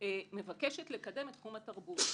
מבקשת לקדם את תחום התרבות,